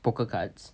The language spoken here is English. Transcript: poker cards